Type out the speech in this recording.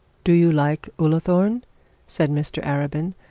do you like ullathorne said mr arabin,